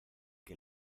que